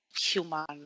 human